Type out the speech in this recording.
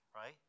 right